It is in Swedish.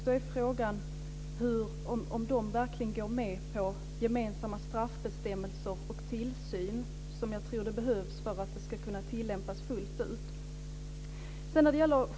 Då är frågan om dessa länder verkligen går med på att införa gemensamma straffbestämmelser och utöva samma tillsyn som jag tror behövs för att direktivet ska kunna tillämpas fullt ut.